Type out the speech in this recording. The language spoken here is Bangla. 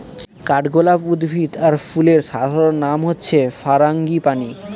কাঠগলাপ উদ্ভিদ আর ফুলের সাধারণ নাম হচ্ছে ফারাঙ্গিপানি